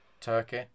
turkey